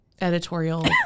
editorial